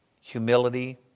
humility